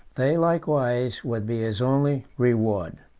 they likewise would be his only reward.